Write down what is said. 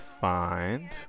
find